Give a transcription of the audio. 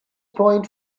point